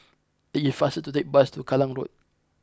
it is faster to take the bus to Kallang Road